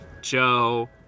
Joe